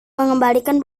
mengembalikan